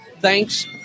Thanks